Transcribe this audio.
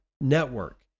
network